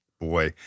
boy